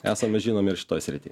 esame žinomi ir šitoj srity